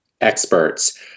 experts